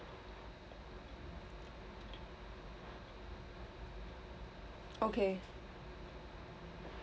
okay